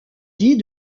dit